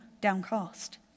downcast